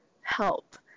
help